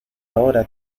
ahora